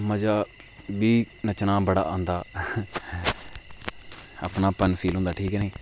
मजा बी नच्चने दा बड़ा औंदा अपना पन फील होंदा ठीक है नी